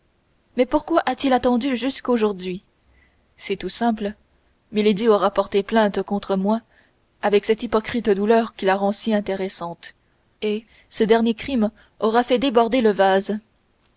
mais pourquoi a-t-il attendu jusqu'aujourd'hui c'est tout simple milady aura porté plainte contre moi avec cette hypocrite douleur qui la rend si intéressante et ce dernier crime aura fait déborder le vase